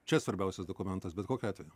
čia svarbiausias dokumentas bet kokiu atveju